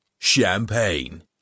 Champagne